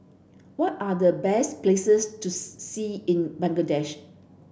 what are the best places to see in Bangladesh